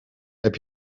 heb